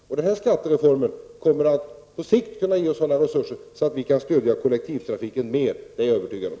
Och denna skattereform kommer på sikt att kunna ge oss sådana resurser att vi kan stödja kollektivtrafiken mer, det är jag övertygad om.